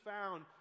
found